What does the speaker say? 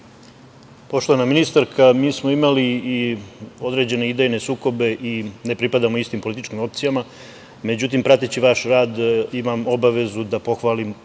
Poštovana ministarka, mi smo imali i određene idejne sukobe i ne pripadamo istim političkim opcijama, međutim, prateći vaš rad imam obavezu da pohvalim